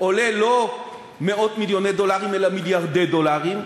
עולה לא מאות-מיליוני דולרים אלא מיליארדי דולרים,